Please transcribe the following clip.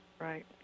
Right